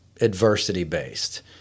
adversity-based